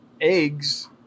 eggs